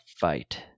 fight